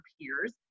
peers